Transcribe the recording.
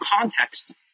context